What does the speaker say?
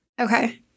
Okay